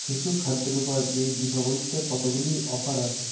শিশু খাদ্যের ওপর এই দীপাবলিতে কতগুলি অফার আছে